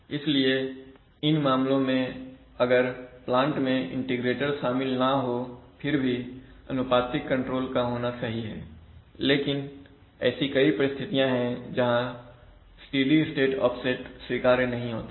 इसलिए इन मामलों में अगर प्लांट में इंटीग्रेटर शामिल ना हो फिर भी अनुपातिक कंट्रोल का होना सही है लेकिन ऐसी कई परिस्थितियां हैं जहां स्टेडी स्टेट ऑफसेट स्वीकार्य नहीं होता है